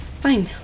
Fine